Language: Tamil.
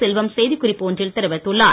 செல்வம் செய்திக் குறிப்பு ஒன்றில் தெரிவித்துள்ளார்